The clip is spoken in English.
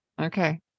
Okay